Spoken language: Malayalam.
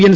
എൻ